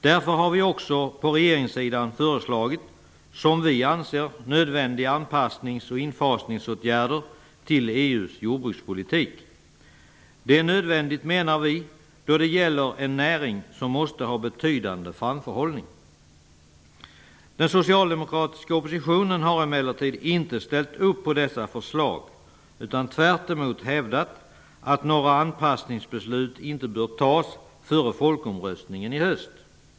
Därför har vi från regeringssidan också föreslagit -- som vi ser det -- nödvändiga anpassnings och infasningsåtgärder när det gäller EU:s jordbrukspolitik. Vi menar att dessa åtgärder är nödvändiga för en näring som måste ha betydande framförhållning. Den socialdemokratiska oppositionen har emellertid inte ställt upp på dessa förslag. Tvärtom har man hävdat att det inte bör fattas några anpassningsbeslut före folkomröstningen i höst.